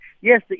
Yes